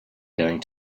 going